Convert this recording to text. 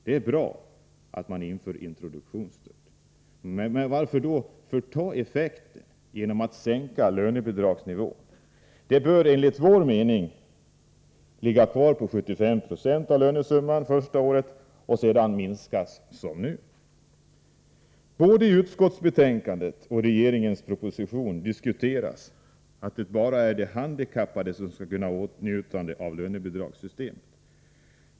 Det är bra att man inför introduktionsstöd, men varför förta effekten genom att sänka lönebidragsnivån? Den bör enligt vår mening ligga kvar vid 75 90 av lönesumman första året och sedan minskas på samma sätt som nu. Både i utskottsbetänkandet och i regeringens proposition diskuteras att det bara är de handikappade som skall komma i åtnjutande av lönebidragssystemet.